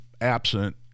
absent